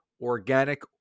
organic